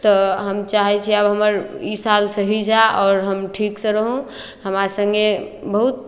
तऽ हम चाहै छी आब हमर ई साल सही जाय आओर हम ठीकसँ रहौँ हमरा सङ्गे बहुत